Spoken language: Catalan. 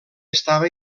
estava